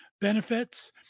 benefits